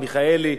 מיכאלי,